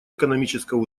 экономического